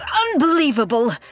Unbelievable